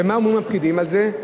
ומה אומרים הפקידים על זה?